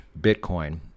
Bitcoin